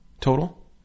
total